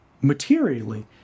materially